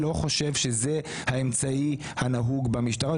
אני לא חושב שזה האמצעי הנהוג במשטרה.